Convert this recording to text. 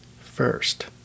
First